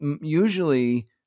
usually